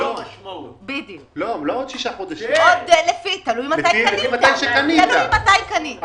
תלוי מתי קנית.